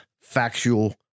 Factual